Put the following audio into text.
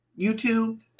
YouTube